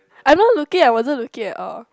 I'm not looking I wasn't looking at all